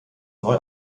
neu